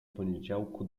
poniedziałku